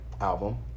album